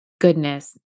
goodness